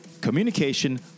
communication